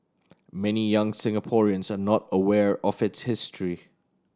many young Singaporeans are not aware of its history